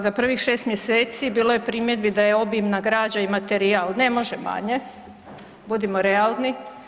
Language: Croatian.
Za prvih 6. mjeseci bilo je primjedbi da je obimna građa i materijal, ne može manje, budimo realni.